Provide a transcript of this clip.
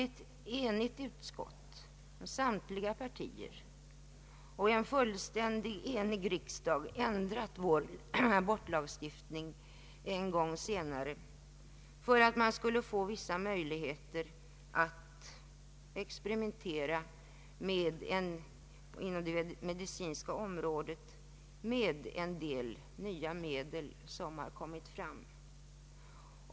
Ett enigt utskott och därefter en fullständigt enig riksdag har ändrat vår abortlagstiftning en gång senare för att det skulle finnas vissa möjligheter att inom det medicinska området experimentera med en del nya medel som har kommit fram.